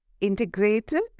integrated